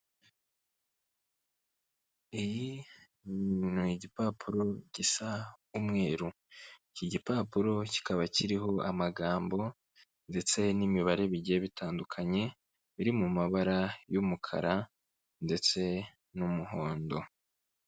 Iyi ni igipapuro gisa umweru iki gipapuro kikaba kiriho amagambo ndetse n'imibare bigiye bitandukanye biri mu mabara y'umukara ndetse n'umuhondo.